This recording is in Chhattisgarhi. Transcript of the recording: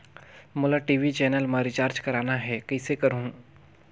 मोला टी.वी चैनल मा रिचार्ज करना हे, कइसे करहुँ?